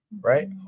right